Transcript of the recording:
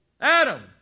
Adam